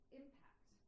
impact